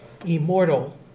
immortal